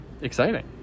exciting